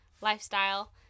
lifestyle